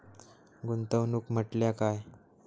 गुंतवणूक म्हटल्या काय?